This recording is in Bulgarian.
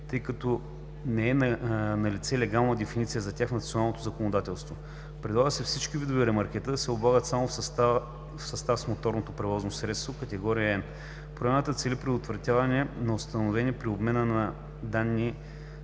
тъй като не е налице легална дефиниция за тях в националното законодателство. Предлага се всички видове ремаркета да се облагат само в състав с моторното превозно средство категория N. Промяната цели преодоляване на установени при обмена на данните